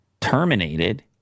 Terminated